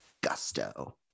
gusto